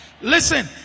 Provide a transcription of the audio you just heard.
Listen